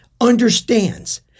understands